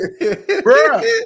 bruh